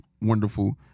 wonderful